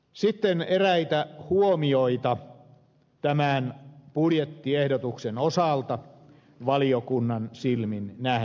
sitten eräitä huomioita tämän budjettiehdotuksen osalta valiokunnan silmin nähtynä